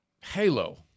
Halo